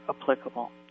applicable